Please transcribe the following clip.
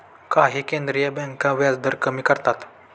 काही केंद्रीय बँका व्याजदर कमी करतात